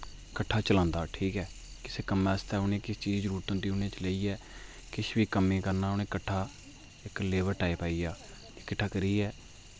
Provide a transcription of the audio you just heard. कट्ठा चलांदा ठीक ऐ किसी कम्मै आस्तै उ'नें किस चीज दी जरूरत होंदी उ'नें लेइयै किस बी कम्मै गी करना उ'नें कट्ठा इक लेबर टाइप आई आ किट्ठा करियै